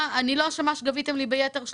אני לא אשמה שגביתם ממני ביתר.